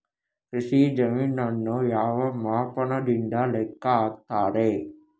ಕೃಷಿ ಜಮೀನನ್ನು ಯಾವ ಮಾಪನದಿಂದ ಲೆಕ್ಕ ಹಾಕ್ತರೆ?